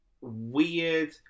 weird